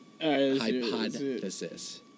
Hypothesis